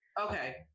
Okay